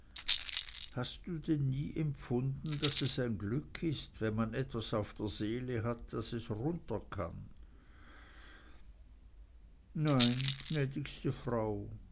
hast du denn nie empfunden daß es ein glück ist wenn man etwas auf der seele hat daß es runter kann nein gnädigste frau